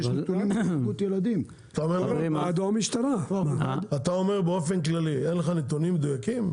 אתה אומר באופן כללי, אין לך נתונים מדויקים?